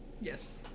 Yes